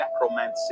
necromancy